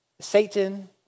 Satan